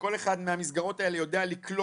שכל אחד מהמסגרות האלה יודע לקלוט